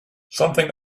something